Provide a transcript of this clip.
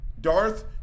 Darth